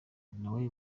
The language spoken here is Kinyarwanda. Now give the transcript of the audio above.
nawe